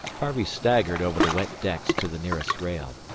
harvey staggered over the wet decks to the nearest rail.